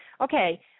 Okay